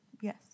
Yes